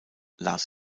las